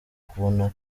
kubona